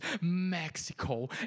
Mexico